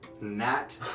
Nat